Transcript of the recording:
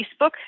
Facebook